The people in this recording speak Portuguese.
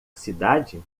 cidade